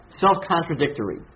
self-contradictory